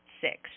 six